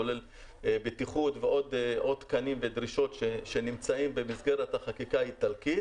כולל בטיחות ועוד תקנים ודרישות שנמצאים במסגרת החקיקה האיטלקית